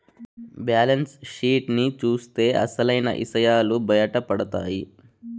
balance sheet ని చూత్తే అసలైన ఇసయాలు బయటపడతాయి